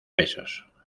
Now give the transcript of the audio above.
pesos